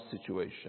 situation